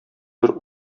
бер